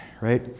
right